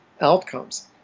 outcomes